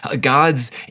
God's